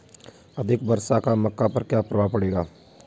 अधिक वर्षा का मक्का पर क्या प्रभाव पड़ेगा?